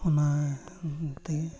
ᱚᱱᱟ ᱛᱮᱜᱮ